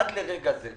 עד לרגע זה,